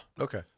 Okay